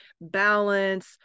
balance